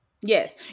yes